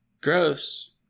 Gross